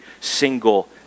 single